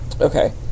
Okay